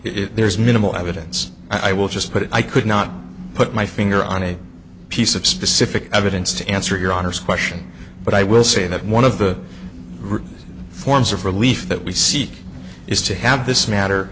if there is minimal evidence i will just put it i could not put my finger on a piece of specific evidence to answer your honor's question but i will say that one of the root forms of relief that we seek is to have this matter